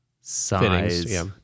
size